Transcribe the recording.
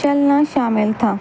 چلنا شامل تھا